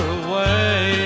away